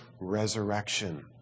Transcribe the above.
resurrection